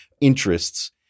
interests